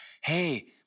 Hey